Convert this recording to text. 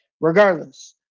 regardless